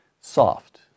Soft